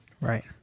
Right